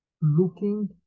looking